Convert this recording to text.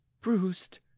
bruised